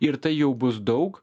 ir tai jau bus daug